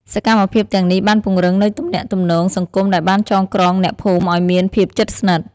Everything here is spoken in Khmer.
សកម្មភាពទាំងនេះបានពង្រឹងនូវទំនាក់ទំនងសង្គមដែលបានចងក្រងអ្នកភូមិឲ្យមានភាពជិតស្និទ្ធ។